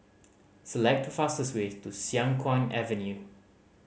select the fastest way to Siang Kuang Avenue